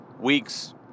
weeks